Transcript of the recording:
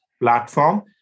platform